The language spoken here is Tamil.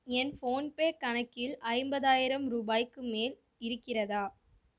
என் ஃபோன்பே கணக்கில் ஐம்பதாயிரம் ரூபாய்க்கு மேல் இருக்கிறதா